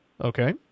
Okay